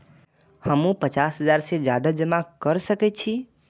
हमू पचास हजार से ज्यादा जमा कर सके छी?